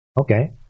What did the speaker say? Okay